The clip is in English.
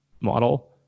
model